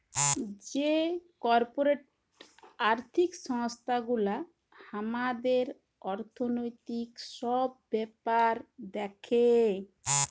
যে কর্পরেট আর্থিক সংস্থান গুলা হামাদের অর্থনৈতিক সব ব্যাপার দ্যাখে